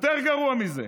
גרוע מזה,